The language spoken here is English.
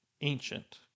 ancient